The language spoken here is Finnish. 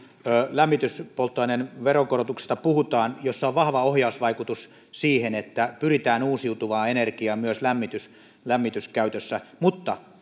lämmityspolttoaineiden veronkorotuksesta puhutaan siinä on vahva ohjausvaikutus siihen että pyritään uusiutuvaan energiaan myös lämmityskäytössä mutta